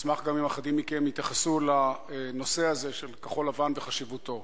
אשמח אם אחדים מכם יתייחסו לנושא הזה של כחול-לבן וחשיבותו.